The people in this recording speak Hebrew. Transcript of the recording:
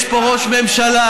יש פה ראש ממשלה,